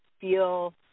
feel